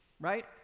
right